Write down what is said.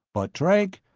but trank?